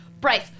Bryce